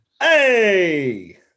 Hey